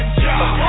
job